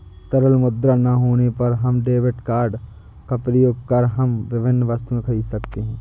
तरल मुद्रा ना होने पर हम डेबिट क्रेडिट कार्ड का प्रयोग कर हम विभिन्न वस्तुएँ खरीद सकते हैं